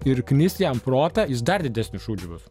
ir knis jam protą jis dar didesniu šūdžiu bus